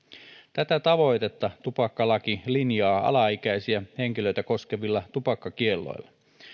tätä tavoitetta tupakkalaki linjaa alaikäisiä henkilöitä koskevilla tupakkakielloilla